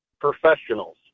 professionals